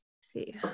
see